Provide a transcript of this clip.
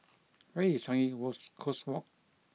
where is Changi was Coast Walk